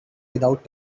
without